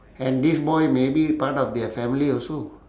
and this boy maybe part of their family also